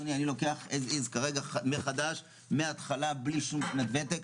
אני לוקח היום as is כרגע מחדש מהתחלה בלי שום שנת ותק,